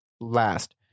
last